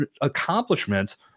accomplishments